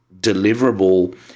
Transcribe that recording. deliverable